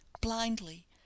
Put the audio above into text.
blindly